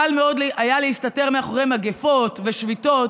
קל מאוד היה להסתתר מאחורי מגפות ושביתות,